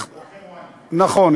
נכון,